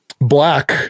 black